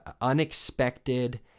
unexpected